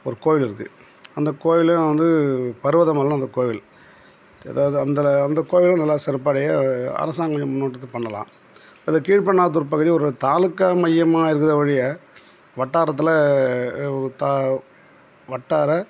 ஒரு கோவில் இருக்குது அந்த கோவில்லேயும் வந்து பருவதமலைன்னு அந்த கோவில் எதாவது அந்த அந்த கோவிலும் நல்லா சிறப்படைய அரசாங்கம் கொஞ்சம் முன்னெடுத்து பண்ணலாம் அது கீழ்பென்னாத்தூர் பகுதியே ஒரு தாலுக்கா மையமாக இருக்குதே ஒழிய வட்டாரத்தில் வட்டார